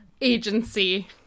agency